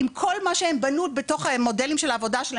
עם כל מה שהם בנו בתוך המודלים של העבודה שלהם